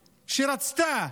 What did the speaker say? שרצתה,